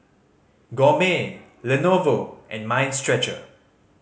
Gourmet Lenovo and Mind Stretcher